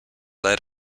led